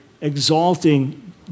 exalting